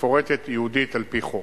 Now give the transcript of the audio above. מפורטת ייעודית על-פי חוק.